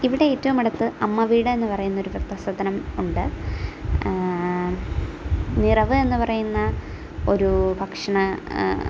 ഇവിടെ ഏറ്റവും അടുത്ത് അമ്മവീട് എന്ന് പറയുന്ന ഒരു വൃദ്ധസദനം ഉണ്ട് നിറവ് എന്ന് പറയുന്ന ഒരു ഭക്ഷണ